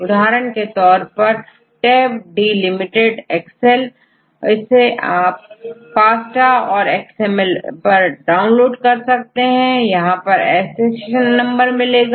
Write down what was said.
उदाहरण के तौर पर टैब डीलिमिटेड एक्सेल इसे आपFASTA औरXML पर डाउनलोड कर सकते हैं यहां ऐसे accession नंबर मिलेगा